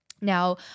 Now